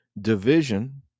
division